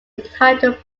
entitled